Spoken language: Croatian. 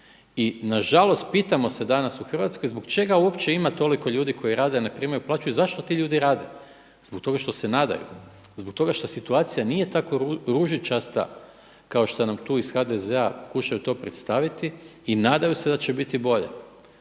I nažalost pitamo se danas u Hrvatskoj zbog čega uopće ima toliko ljudi koji rade a ne primaju plaću i zašto ti ljudi rade? Zbog toga što se nadaju, zbog toga što situacija nije tako ružičasta kao što nam tu iz HDZ-a pokušavaju to predstaviti i nadaju se da će biti bolje.